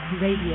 Radio